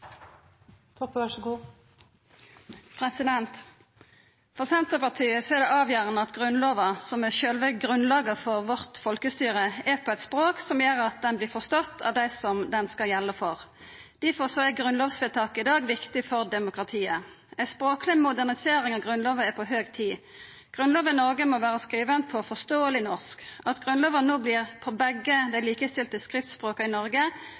det avgjerande at Grunnlova, som er sjølve grunnlaget for vårt folkestyre, er på eit språk som gjer at ho blir forstått av dei ho skal gjelde for. Difor er grunnlovsvedtaket i dag viktig for demokratiet. Ei språkleg modernisering av Grunnlova er på høg tid. Grunnlova i Noreg må vera skriven på forståeleg norsk. At Grunnlova no vert på begge dei likestilte skriftspråka i Noreg,